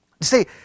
See